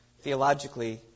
theologically